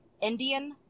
Indian